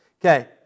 Okay